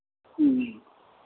ह्म्म